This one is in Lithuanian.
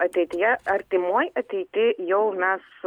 ateityje artimoj ateity jau mes